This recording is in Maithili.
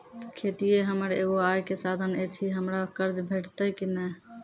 खेतीये हमर एगो आय के साधन ऐछि, हमरा कर्ज भेटतै कि नै?